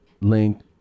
link